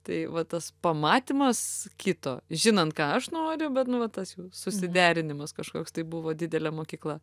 tai vat tas pamatymas kito žinant ką aš noriu bet nu va tas jų susiderinimas kažkoks tai buvo didelė mokykla